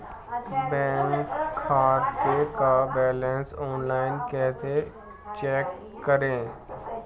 Bank खाते का balance online कैसे चेक करें?